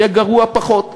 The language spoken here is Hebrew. יהיה גרוע פחות,